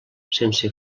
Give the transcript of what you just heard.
sense